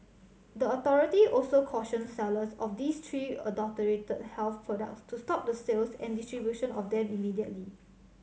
the authority also cautioned sellers of these three adulterated health products to stop the sales and distribution of them immediately